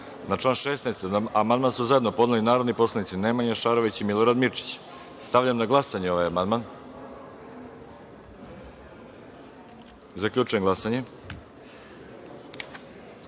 član 16. amandman su zajedno podneli narodni poslanici Nemanja Šarović i Milorad Mirčić. Stavljam na glasanje ovaj amandman. Zaključujem glasanje